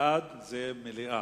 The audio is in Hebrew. בעד, זה מליאה,